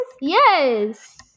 Yes